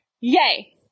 yay